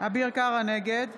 נגד